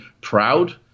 proud